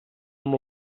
amb